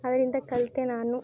ಅದರಿಂದ ಕಲಿತೆ ನಾನು